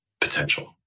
potential